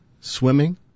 swimming